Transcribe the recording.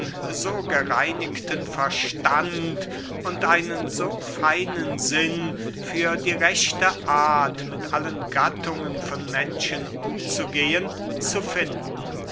so gereinigten verstand und einen so feinen sinn für die rechte art mit allen gattungen von menschen umzugehen zu finden